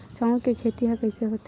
चांउर के खेती ह कइसे होथे?